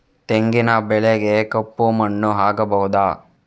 ತೆಂಗಿನ ಬೆಳೆಗೆ ಕಪ್ಪು ಮಣ್ಣು ಆಗ್ಬಹುದಾ?